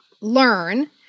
learn